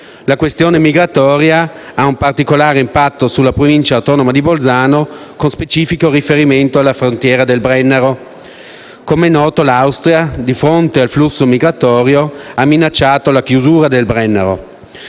la questione migratoria ha un particolare impatto sulla Provincia autonoma di Bolzano, con specifico riferimento alla frontiera del Brennero. Come è noto, l'Austria, di fronte al flusso migratorio, ha minacciato la chiusura del Brennero.